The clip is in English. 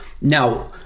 Now